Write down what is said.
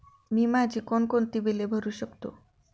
मी माझी कोणकोणती बिले भरू शकतो?